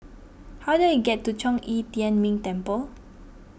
how do I get to Zhong Yi Tian Ming Temple